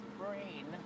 brain